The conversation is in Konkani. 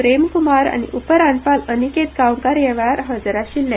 प्रेमकुमार आनी उपरानपाल अनिकेत गांवकार हया वेळार हाजिर आशिल्ले